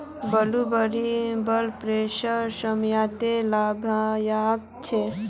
blueberry blood प्रेशरेर समस्यात लाभदायक छे